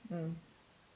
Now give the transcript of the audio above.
mm